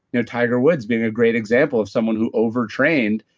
you know tiger woods being a great example of someone who overtrained,